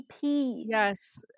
Yes